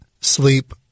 sleep